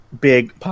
big